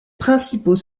principaux